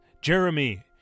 Jeremy